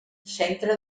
centre